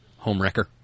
Homewrecker